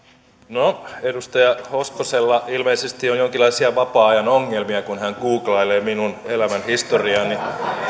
no edustaja hoskosella ilmeisesti on jonkinlaisia vapaa ajan ongelmia kun hän googlailee minun elämänhistoriaani